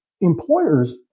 employers